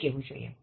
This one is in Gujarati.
એમ કહેવું જોઇએ